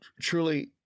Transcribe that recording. truly